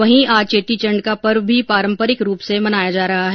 वहीं आज चेटीचंड का पर्व भी पारंपरिक रूप से मनाया जा रहा है